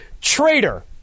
traitor